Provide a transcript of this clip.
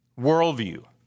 worldview